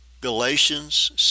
Galatians